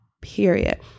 period